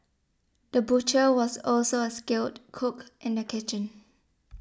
the butcher was also a skilled cook in the kitchen